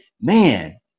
man